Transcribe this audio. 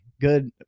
good